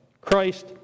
Christ